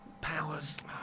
powers